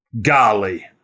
Golly